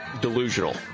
delusional